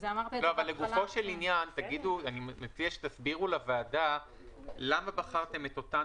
אני מציע שתסבירו לוועדה למה בחרתם את אותן